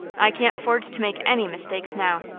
i can't afford to make any mistakes now.